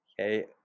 Okay